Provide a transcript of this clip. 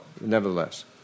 nevertheless